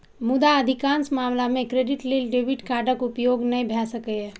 मुदा अधिकांश मामला मे क्रेडिट लेल डेबिट कार्डक उपयोग नै भए सकैए